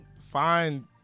find